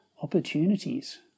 opportunities